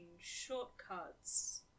shortcuts